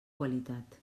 qualitat